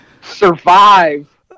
survive